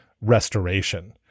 restoration